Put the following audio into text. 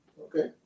okay